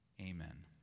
Amen